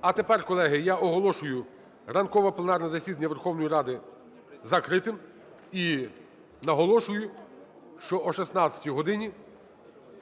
А тепер, колеги, я оголошую ранкове пленарне засідання Верховної Ради закритим. І наголошую, що о 16 годині